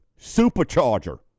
supercharger